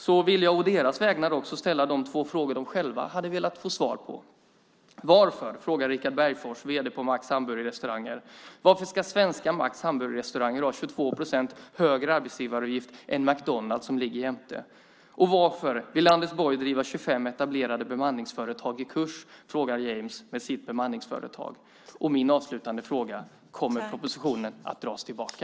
Jag vill å deras vägnar ställa de två frågor de själva hade velat få svar på. Richard Bergfors, vd på Max Hamburgerrestauranger, frågar: Varför ska svenska Max Hamburgerrestauranger ha 22 procent högre arbetsgivaravgift än McDonalds, som ligger bredvid? James, som driver ett bemanningsföretag, frågar: Varför vill Anders Borg driva 25 etablerade bemanningsföretag i konkurs? Min avslutande fråga är: Kommer propositionen att dras tillbaka?